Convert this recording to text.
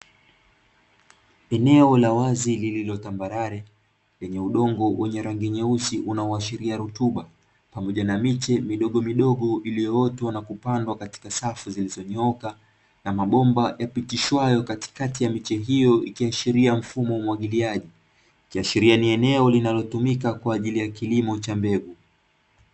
Eneo la wazi lililotambarare lenye udongo wenye rangi nyeusi unaoashiria rutuba, pamoja na miche midogomidogo iliyoota na kupandwa katika safu zilizonyooka na mabomba yapitishwayo katikati ya miche hiyo; ikiashiria mfumo umwagiliaji. Ikiashiria ni eneo linalotumika kwa ajili ya kilimo cha mbegu.